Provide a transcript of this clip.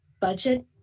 budget